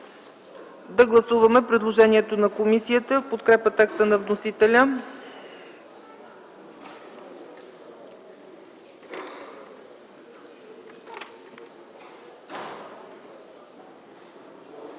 Да гласуваме предложението на комисията в подкрепа текста на вносителя